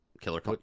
Killer